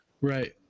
Right